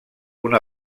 una